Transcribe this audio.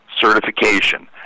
certification